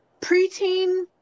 preteen